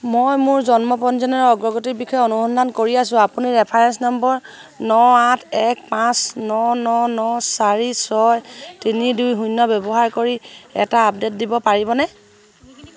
মই মোৰ জন্ম পঞ্জীয়নৰ অগ্ৰগতিৰ বিষয়ে অনুসন্ধান কৰি আছোঁ আপুনি ৰেফাৰেন্স নম্বৰ ন আঠ এক পাঁচ ন ন ন চাৰি ছয় তিনি দুই শূন্য ব্যৱহাৰ কৰি এটা আপডেট দিব পাৰিবনে